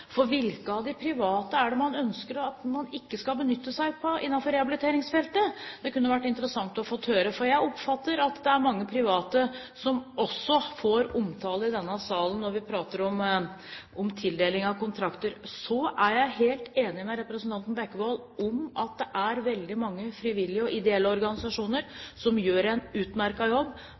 for hvilke av de private er det man ønsker at man ikke skal benytte seg av innenfor rehabiliteringsfeltet? Det kunne vært interessant å få høre det, for jeg oppfatter at det er mange private som også får omtale i denne salen når vi prater om tildeling av kontrakter. Så er jeg helt enig med representanten Bekkevold i at det er veldig mange frivillige og ideelle organisasjoner som gjør en utmerket jobb.